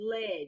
led